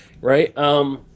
right